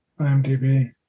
IMDb